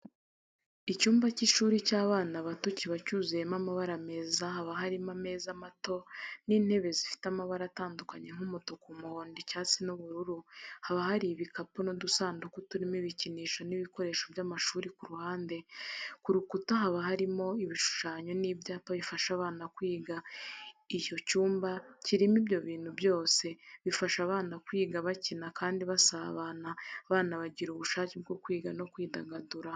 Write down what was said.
Icyumba cy'ishuri cy'abana bato kiba cyuzuyemo amabara meza, haba harimo ameza mato n'intebe zifite amabara atandukanye nk'umutuku, umuhondo, icyatsi n'ubururu. Haba hari ibikapu n'udusanduku turimo ibikinisho n'ibikoresho by'amashuri ku ruhande, ku rukuta haba harimo ibishushanyo n'ibyapa bifasha abana kwiga. Iyo icyumba kirimo ibyo bintu byose bifasha abana kwiga bakina Kandi basabana, abana bagira ubushake bwo kwiga no kwidagadura.